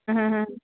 ਆਹਾਂ ਹਾਂ